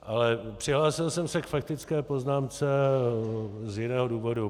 Ale přihlásil jsem se k faktické poznámce z jiného důvodu.